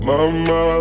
Mama